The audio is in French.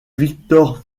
viktor